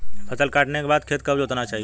फसल काटने के बाद खेत कब जोतना चाहिये?